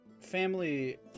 family